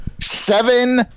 Seven